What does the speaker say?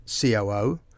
COO